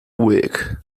week